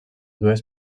dues